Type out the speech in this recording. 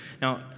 Now